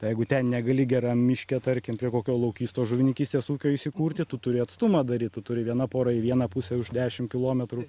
jeigu ten negali geram miške tarkim prie kokio laukystos žuvininkystės ūkio įsikurti tu turi atstumą daryt tu turi vieną porą į vieną pusę už dešimt kilometrų